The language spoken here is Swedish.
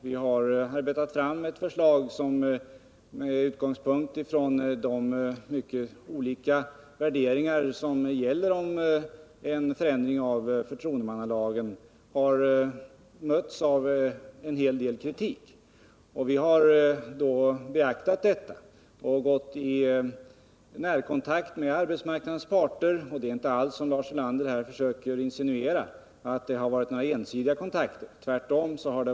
Vi har arbetat fram ett förslag som med utgångspunkt från de mycket olika värderingar som gäller om en förändring av förtroendemannalagen mötts av en hel del kritik. Vi har då beaktat detta och gått i närkontakt med arbetsmarknadens parter. Det har inte alls, som Lars Ulander försöker insinuera, varit några ensidiga kontakter. Tvärtom.